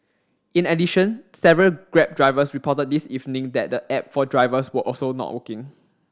in addition several Grab drivers reported this evening that the app for drivers were also not working